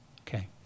okay